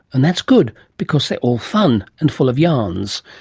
and that's good. because they're all fun. and full of yarns.